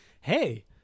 Hey